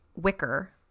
Wicker